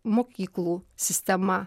mokyklų sistema